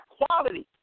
quality